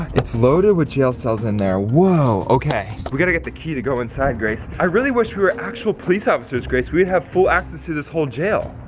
it's loaded with jail cells in there, whoa. okay, we gotta get the key to go inside, grace. i really wish we were actual police officers, grace. we would have full access to this whole jail.